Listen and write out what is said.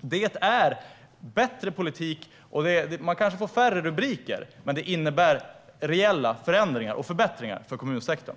Det är bättre politik. Man kanske får färre rubriker, men det innebär reella förändringar och förbättringar för kommunsektorn.